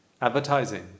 advertising